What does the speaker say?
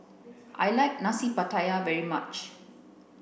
I like nasi pattaya very much